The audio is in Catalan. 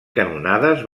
canonades